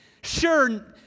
Sure